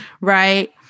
right